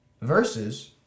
versus